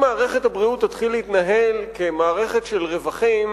אם מערכת הבריאות תתחיל להתנהל כמערכת של רווחים,